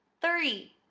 three!